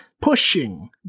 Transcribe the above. pushing